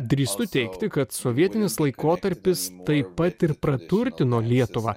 drįstu teigti kad sovietinis laikotarpis taip pat ir praturtino lietuvą